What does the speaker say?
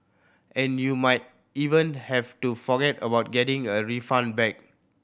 and you might even have to forget about getting a refund back